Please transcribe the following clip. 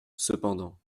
cependant